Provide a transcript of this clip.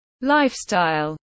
lifestyle